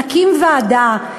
נקים ועדה.